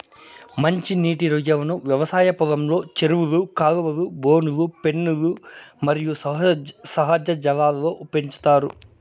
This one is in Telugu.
మంచి నీటి రొయ్యలను వ్యవసాయ పొలంలో, చెరువులు, కాలువలు, బోనులు, పెన్నులు మరియు సహజ జలాల్లో పెంచుతారు